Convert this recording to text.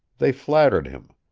they flattered him.